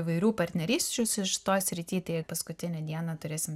įvairių partnerysčių su šitoj srity tai paskutinę dieną turėsim